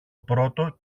πρώτο